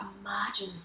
imagine